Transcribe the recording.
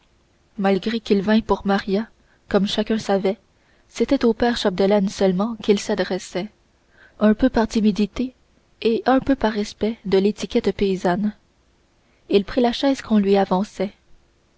malgré qu'il vînt pour maria comme chacun savait c'était au père chapdelaine seulement qu'il s'adressait un peu par timidité et un peu par respect de l'étiquette paysanne il prit la chaise qu'on lui avançait